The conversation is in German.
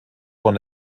von